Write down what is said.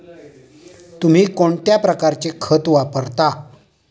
तुम्ही कोणत्या प्रकारचे खत वापरता?